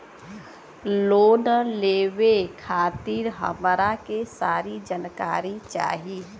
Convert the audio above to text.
Loan लेवे खातीर हमरा के सारी जानकारी चाही?